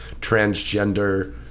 transgender